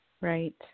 right